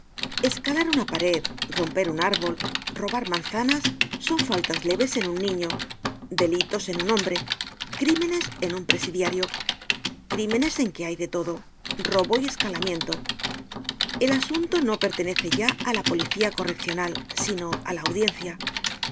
escalar una pared romper un árbol robar manzanas son faltas leves en un niño delitos en un hombre crímenes en un presidiario crímenes en que hay de todo robo y escalamiento el asunto no pertenece ya á la policía correccional sino á la audiencia